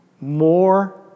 more